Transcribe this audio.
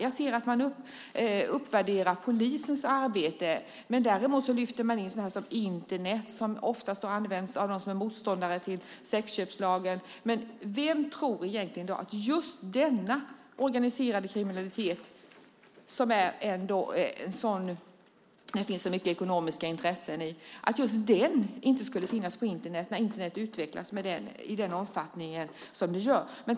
Jag ser att man uppvärderar polisens arbete, men däremot lyfter man in Internet som oftast används av dem som är motståndare till sexköpslagen. Men vem tror egentligen i dag att just denna organiserade kriminalitet som det finns så mycket ekonomiska intressen i inte skulle finnas på Internet när Internet utvecklas i den omfattning som det gör?